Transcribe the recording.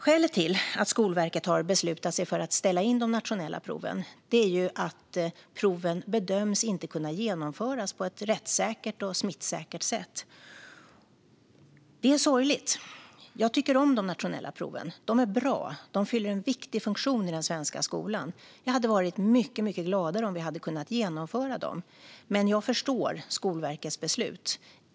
Skälet till att Skolverket har beslutat sig för att ställa in de nationella proven är att det bedöms att proven inte kan genomföras på ett rättssäkert och smittsäkert sätt. Detta är sorgligt. Jag tycker om de nationella proven; de är bra och fyller en viktig funktion i den svenska skolan. Jag hade varit mycket gladare om vi hade kunnat genomföra dem, men jag förstår Skolverkets beslut.